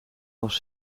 was